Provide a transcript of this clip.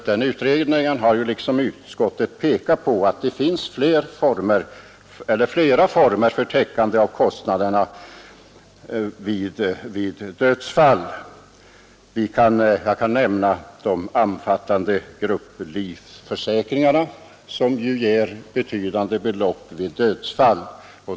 Denna utredning har liksom utskottet pekat på att det finns flera former för täckande av kostnaderna vid dödsfall. Jag kan nämna de omfattande grupplivförsäkringarna, som ju ger betydande belopp vid dödsfall.